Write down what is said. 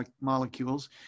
molecules